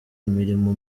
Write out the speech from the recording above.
imirimo